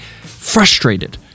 frustrated